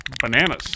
bananas